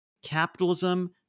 Capitalism